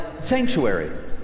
sanctuary